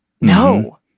No